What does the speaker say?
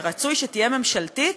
ורצוי שתהיה ממשלתית,